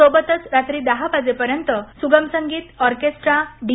सोबतच रात्री दहा वाजतापर्यंत सुगमसंगीत आर्केस्ट्रा डी